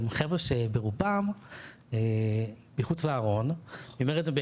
הם חבר'ה שברובם מחוץ לארון ואני אומר את זה מתוך